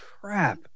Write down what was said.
crap